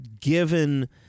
given